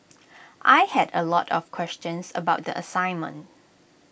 I had A lot of questions about the assignment